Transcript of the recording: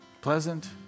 pleasant